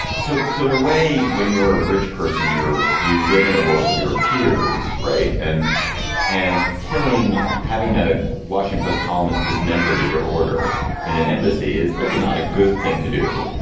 so. so in a way, when you're a rich person, you're you live in a world of your peers. right. and and killing having a washing post columnist dismembered at your order in an embassy is like a not a good thing to do.